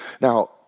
Now